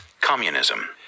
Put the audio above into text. Communism